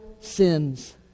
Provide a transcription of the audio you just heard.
sins